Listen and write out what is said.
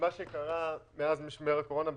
מה שקרה מאז משבר הקורונה,